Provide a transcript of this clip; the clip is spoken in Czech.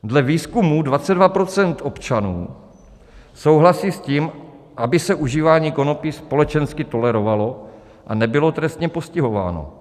Dle výzkumu 22 % občanů souhlasí s tím, aby se užívání konopí společensky tolerovalo a nebylo trestně postihováno.